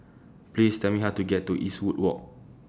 Please Tell Me How to get to Eastwood Walk